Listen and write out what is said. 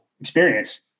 experience